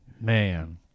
Man